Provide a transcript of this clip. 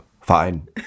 Fine